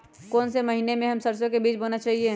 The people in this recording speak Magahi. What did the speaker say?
कौन से महीने में हम सरसो का बीज बोना चाहिए?